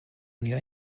unió